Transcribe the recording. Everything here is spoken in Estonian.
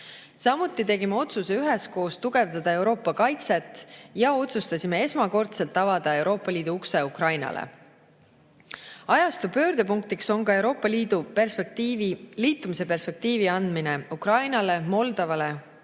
Samuti tegime otsuse üheskoos tugevdada Euroopa kaitset ja otsustasime esmakordselt avada Euroopa Liidu ukse Ukrainale. Ajastu pöördepunktiks on ka Euroopa Liiduga liitumise perspektiivi andmine Ukrainale, Moldovale,